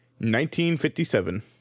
1957